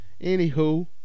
Anywho